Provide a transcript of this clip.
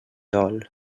dol